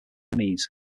enemies